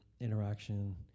interaction